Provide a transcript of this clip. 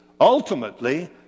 ultimately